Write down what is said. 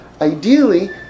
ideally